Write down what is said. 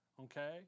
Okay